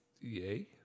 Yay